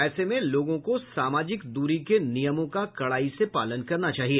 ऐसे में लोगों को सामाजिक दूरी के नियमों का कड़ाई से पालन करना चाहिए